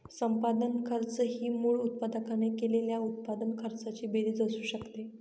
संपादन खर्च ही मूळ उत्पादकाने केलेल्या उत्पादन खर्चाची बेरीज असू शकते